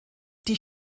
die